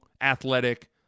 athletic